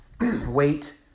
weight